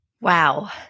Wow